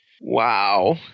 Wow